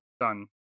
done